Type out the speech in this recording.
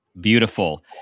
beautiful